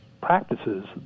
practices